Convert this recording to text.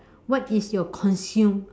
what is your consume